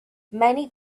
many